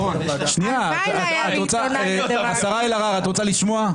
השרה אלהרר, את רוצה לשמוע?